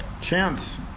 Chance